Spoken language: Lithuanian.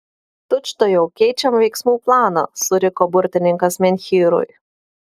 tučtuojau keičiam veiksmų planą suriko burtininkas menhyrui